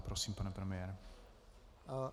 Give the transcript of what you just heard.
Prosím, pane premiére.